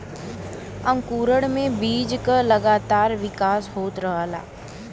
अंकुरण में बीज क लगातार विकास होत रहला